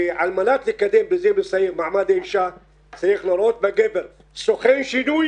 ועל מנת לקדם את מעמד האישה צריך לראות בגבר סוכן שינוי